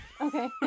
Okay